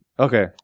Okay